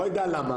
לא יודע למה.